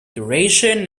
duration